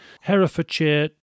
Herefordshire